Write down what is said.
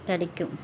கிடைக்கும்